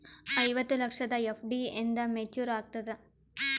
ಐವತ್ತು ಲಕ್ಷದ ಎಫ್.ಡಿ ಎಂದ ಮೇಚುರ್ ಆಗತದ?